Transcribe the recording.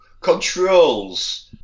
controls